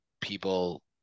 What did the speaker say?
people